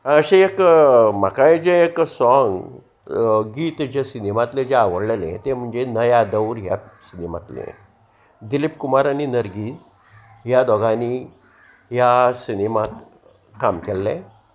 अशें एक म्हाकाय जें एक सोंग गीत जे सिनेमातलें जे आवडलेलें तें म्हणजे नया दौवर ह्या सिनेमातलें दिलीप कुमार आनी नरगीज ह्या दोगांनी ह्या सिनेमांत काम केल्लें